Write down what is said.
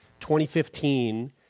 2015